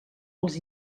els